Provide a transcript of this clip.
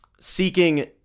seeking